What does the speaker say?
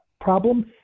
problem